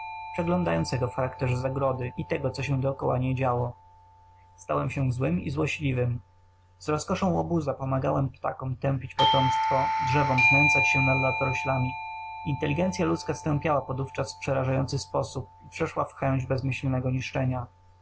przeglądającego w charakterze zagrody i tego co się dokoła niej działo stałem się złym i złośliwym z rozkoszą łobuza pomagałem ptakom tępić potomstwo drzewom znęcać się nad latoroślami inteligencya ludzka stępiała podówczas w przerażający sposób i przeszła w